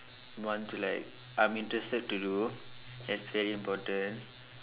want to like I'm interested to do that's very important